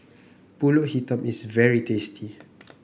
pulut hitam is very tasty